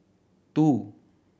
two